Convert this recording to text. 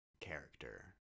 character